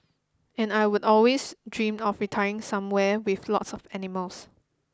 and I would always dreamed of retiring somewhere with lots of animals